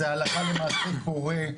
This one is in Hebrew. זה הלכה למעשה קורה.